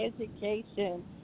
Education